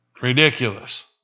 Ridiculous